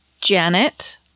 Janet